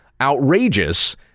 outrageous